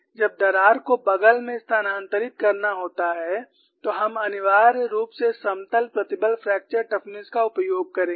जब दरार को बग़ल में स्थानांतरित करना होता है तो हम अनिवार्य रूप से समतल प्रतिबल फ्रैक्चर टफनेस का उपयोग करेंगे